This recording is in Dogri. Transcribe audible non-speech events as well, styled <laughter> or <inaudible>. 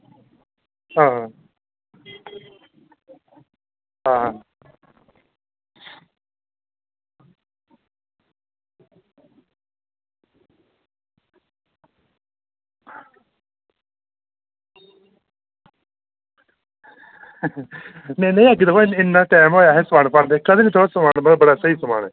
हां हां नेईं नेईं अग्गें दिक्खो हां इन्ना टैम होएआ असें समान पांदे <unintelligible> बड़ा स्हेई समान ऐ